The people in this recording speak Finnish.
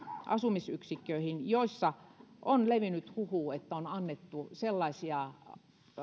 asumisyksikköihin joissa on levinnyt huhu että on annettu sellaisia